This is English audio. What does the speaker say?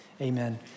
Amen